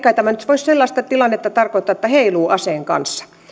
kai tämä nyt voi sellaista tilannetta tarkoittaa että heiluu aseen kanssa